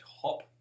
top